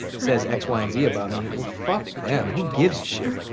says x, y, and z about me well fuck them, who gives a shit.